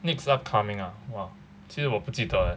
next upcoming ah !wah! 其实我不记得 leh